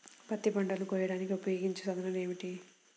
పత్తి పంటలను కోయడానికి ఉపయోగించే సాధనాలు ఏమిటీ?